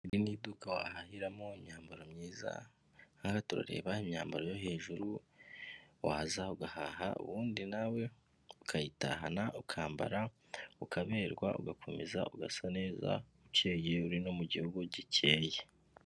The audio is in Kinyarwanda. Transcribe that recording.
Iri ni iduka wahahiramo imyambaro myiza, hano turareba imyambaro yo hejuru, waza ugahaha ubundi nawe ukayitahana ukambara ukaberwa, ugakomeza ugasa neza, ukeye uri no mu gihugu gikeye.